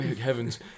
heavens